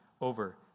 over